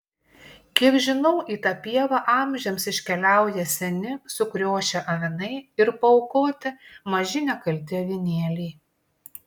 kiek žinau į tą pievą amžiams iškeliauja seni sukriošę avinai ir paaukoti maži nekalti avinėliai